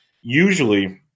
Usually –